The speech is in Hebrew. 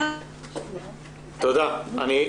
תודה רבה.